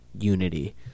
unity